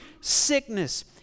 sickness